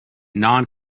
non